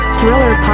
Thriller